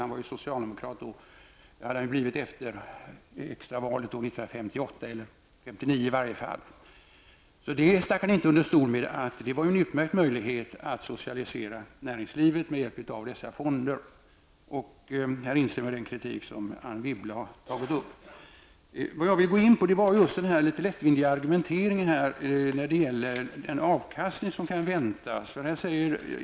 Han var då socialdemokrat, det hade han blivit efter extravalet 1958 -- eller i varje fall 1959. Han stack alltså inte under stol med att det var en utmärkt möjlighet att socialisera näringslivet med hjälp av dessa fonder. Jag instämmer som sagt i den kritik som Anne Wibble har anfört. Vad jag här vill gå in på är den litet lättvindiga argumenteringen när det gäller den avkastning som kan förväntas.